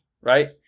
right